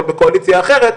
אבל בקואליציה אחרת,